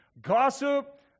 gossip